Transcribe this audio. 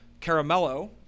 Caramello